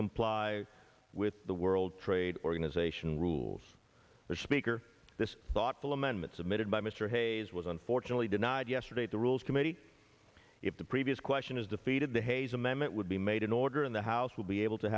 comply with the world trade organization rules the speaker this thoughtful amendment submitted by mr hayes was unfortunately denied yesterday the rules committee if the previous question is defeated the hayes amendment would be made an order in the house will be able to